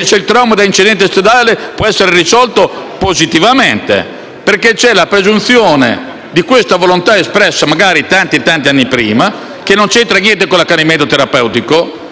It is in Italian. o se il trauma da incidente stradale può essere risolto positivamente. C'è, infatti, la presunzione di questa volontà espressa, magari, tanti anni prima, che non c'entra niente con l'accanimento terapeutico.